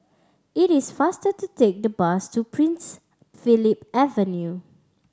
it is faster to take the bus to Prince Philip Avenue